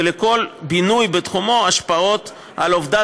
ולכל בינוי בתחומו יהיו השפעות של אובדן